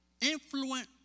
influence